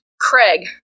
Craig